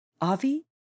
Avi